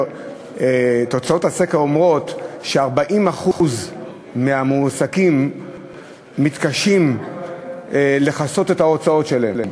תוצאות הסקר אומרות ש-40% מהמועסקים מתקשים לכסות את ההוצאות שלהם.